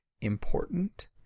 important